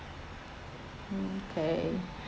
mm okay